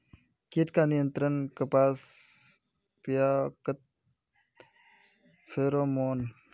कीट का नियंत्रण कपास पयाकत फेरोमोन?